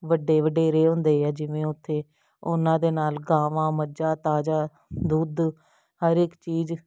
ਵੱਡੇ ਵਡੇਰੇ ਹੁੰਦੇ ਆ ਜਿਵੇਂ ਉੱਥੇ ਉਹਨਾਂ ਦੇ ਨਾਲ ਗਾਵਾਂ ਮੱਝਾਂ ਤਾਜ਼ਾ ਦੁੱਧ ਹਰ ਇੱਕ ਚੀਜ਼